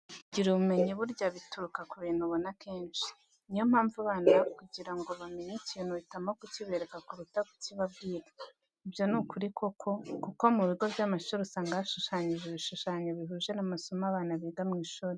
Kugira ubumenyi burya bituruka ku bintu ubona kenshi. Niyo mpamvu abana kugira ngo bamenye ikintu uhitamo kukibereka kuruta kukibabwira. Ibyo ni ukuri koko, kuko mu bigo by'amashuri usanga hashushanyije ibishushanyo bihuje n'amasomo abana biga mu ishuri.